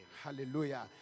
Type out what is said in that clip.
Hallelujah